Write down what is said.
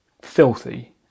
filthy